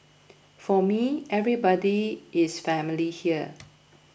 for me everybody is family here